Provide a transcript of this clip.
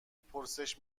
پرسش